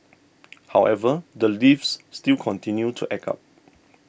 however the lifts still continue to act up